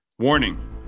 Warning